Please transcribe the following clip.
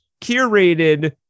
curated